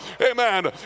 Amen